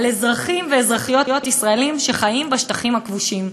על אזרחים ואזרחיות ישראלים שחיים בשטחים הכבושים.